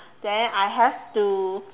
then I have to